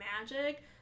magic